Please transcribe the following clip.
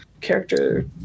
character